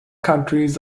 countries